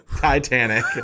Titanic